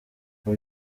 ngo